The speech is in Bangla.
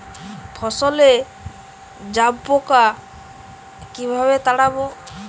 ফসলে জাবপোকা কিভাবে তাড়াব?